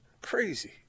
Crazy